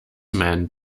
meant